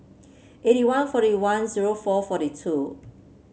eighty one forty one zero four forty two